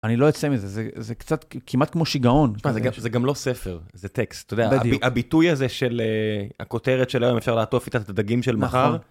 אני לא יוצא מזה, זה קצת כמעט כמו שיגאץעון. זה גם לא ספר, זה טקסט, אתה יודע, הביטוי הזה של הכותרת של היום אפשר לעטוף איתה את הדגים של מחר,